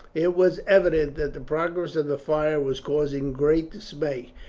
it was evident that the progress of the fire was causing great dismay.